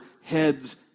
heads